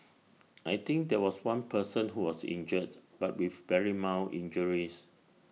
I think there was one person who was injured but with very mild injuries